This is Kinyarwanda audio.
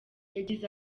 yagize